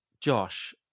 Josh